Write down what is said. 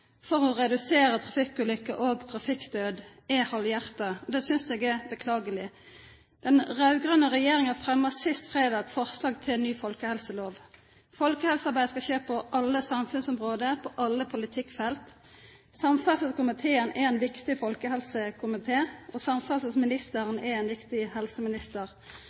for å redusere trafikkulykker og trafikkdød, halvhjertet. Det synes jeg er beklagelig. Den rød-grønne regjeringen fremmet sist fredag forslag til ny folkehelselov. Folkehelsearbeidet skal skje på alle samfunnsområder, på alle politikkfelt. Samferdselskomiteen er en viktig folkehelsekomité, og samferdselsministeren er en viktig helseminister.